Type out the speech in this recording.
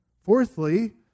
Fourthly